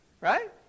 Right